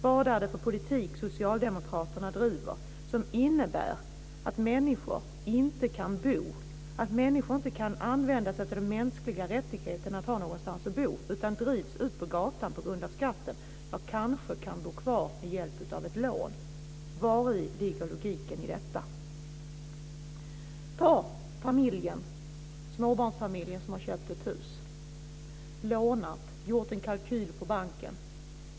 Vad är det för politik som socialdemokraterna driver som innebär att människor inte kan bo, att människor inte kan använda sig av den mänskliga rättigheten att ha någonstans att bo utan drivs ut på gatan på grund av skatten men kanske kan bo kvar med hjälp av ett lån? Vari ligger logiken i detta? Se på småbarnsfamiljen som har köpt ett hus, lånat och gjort en kalkyl på banken.